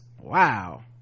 wow